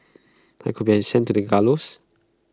I could have been sent to the gallows